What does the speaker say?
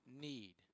need